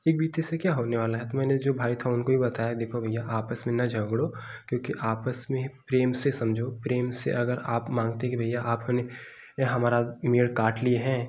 एक बित्ते से क्या होने वाला है तो मैंने जो भाई था उनको भी बताया देखो भैया आपस में न झगड़ो क्योंकि आपस में ही प्रेम से समझो प्रेम से अगर आप मांगते कि भैया आप हमें या हमारा काट लिये हैं